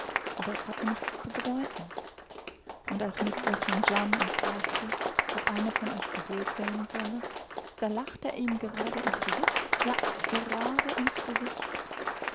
aber es hatte nichts zu bedeuten und als mr st john ihn fragte ob eine von euch geholt werden solle da lachte er ihm gerade ins gesicht ja gerade ins gesicht